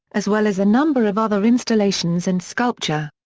as well as a number of other installations and sculpture.